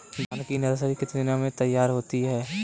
धान की नर्सरी कितने दिनों में तैयार होती है?